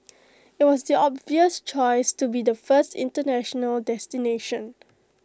IT was the obvious choice to be the first International destination